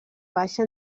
baixa